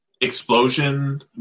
explosion